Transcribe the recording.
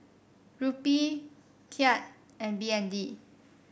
Rupee Kyat and B N D